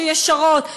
שהן ישרות,